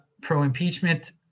pro-impeachment